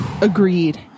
agreed